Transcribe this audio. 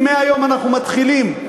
אם מהיום אנחנו מתחילים,